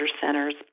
centers